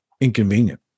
inconvenient